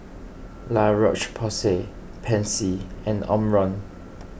La Roche Porsay Pansy and Omron